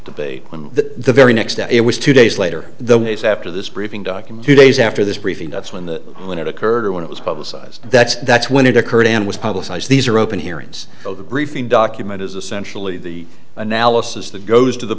debate when the very next day it was two days later the days after this briefing document two days after this briefing that's when the when it occurred or when it was publicized that's that's when it occurred and was publicized these are open hearings so the briefing document is essentially the analysis that goes to the